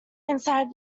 inside